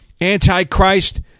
Antichrist